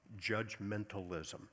judgmentalism